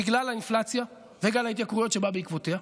בגלל האינפלציה וגל ההתייקרויות שבא בעקבותיה.